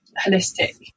holistic